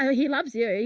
he loves yeah you.